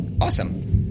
awesome